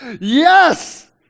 Yes